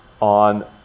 on